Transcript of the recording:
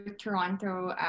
Toronto